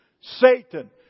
Satan